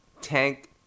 Tank